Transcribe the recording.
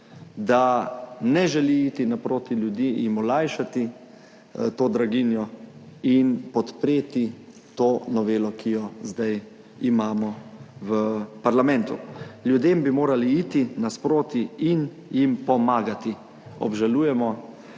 da ne želi iti naproti ljudi, jim olajšati to draginjo in podpreti to novelo, ki jo zdaj imamo v parlamentu. Ljudem bi morali iti nasproti in jim pomagati. Obžalujemo,